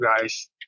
guys